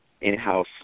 in-house